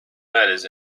murders